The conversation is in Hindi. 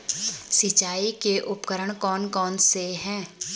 सिंचाई के उपकरण कौन कौन से हैं?